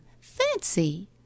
Fancy